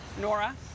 Nora